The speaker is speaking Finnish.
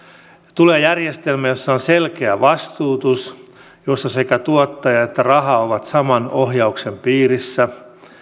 tulee järjestelmä jossa on selkeä vastuutus jossa sekä tuottaja että raha ovat saman ohjauksen piirissä